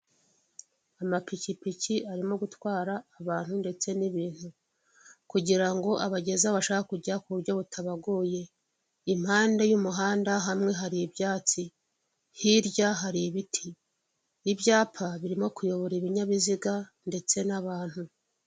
Amapikipiki arimo gutwara abantu ndetse n'ibintu kugira ngo abageze aho bashaka kujya ku buryo butabagoye, impande y'umuhanda hamwe hari ibyatsi, hirya hari ibiti, ibyapa birimo kuyobora ibinyabiziga ndetse n'abantu.